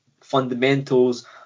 fundamentals